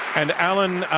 and alan,